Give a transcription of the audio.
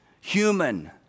human